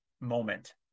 moment